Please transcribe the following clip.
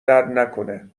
دردنکنه